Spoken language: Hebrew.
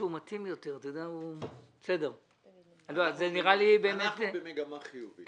אנחנו במגמה חיובית.